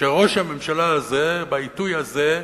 שראש הממשלה הזה, בעיתוי הזה,